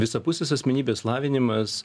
visapusės asmenybės lavinimas